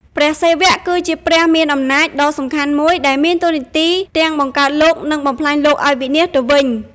ព្រះសិវៈ គឺជាព្រះមានអំណាចដ៏សំខាន់មួយ ដែលមានតួនាទីទាំងបង្កើតលោក និងបំផ្លាញលោកឲ្យវិនាសទៅវិញ។